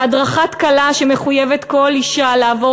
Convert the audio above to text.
והדרכת כלה שמחויבת כל אישה לעבור,